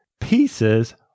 pieces